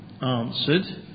answered